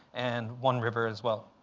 and one river as well.